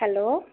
hello